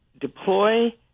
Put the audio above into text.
deploy